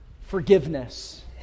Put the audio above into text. forgiveness